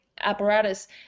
apparatus